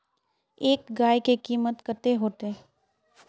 एक गाय के कीमत कते होते?